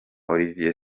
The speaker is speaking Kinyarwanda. olivier